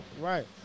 Right